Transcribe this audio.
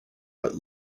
but